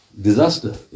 disaster